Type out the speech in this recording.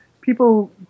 People